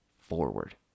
forward